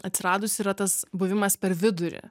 atsiradusi yra tas buvimas per vidurį